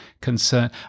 concern